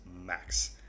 max